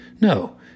No